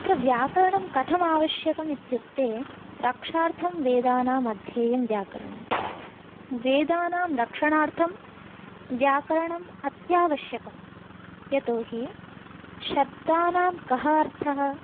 तत्र व्याकरणं कथम् आवश्यकम् इत्युक्ते रक्षार्थं वेदानाम् अध्येयं व्याकरणं वेदानां रक्षणार्थं व्याकरणम् अत्यावश्यकं यतोहि शब्दानां कः अर्थः